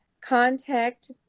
contact